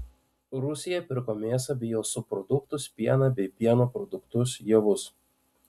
rusija pirko mėsą bei jos subproduktus pieną bei pieno produktus javus